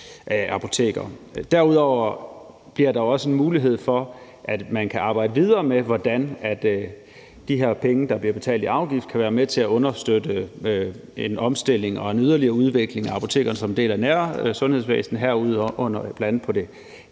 Derudover bliver der også en mulighed for, at man kan arbejde videre med, hvordan de her penge, der bliver betalt i afgift, kan være med til at understøtte en omstilling og en yderligere udvikling af apotekerne som en del af det nære sundhedsvæsen, herunder bl.a. på det